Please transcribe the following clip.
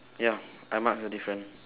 ya I marks the different